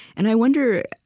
and i wonder,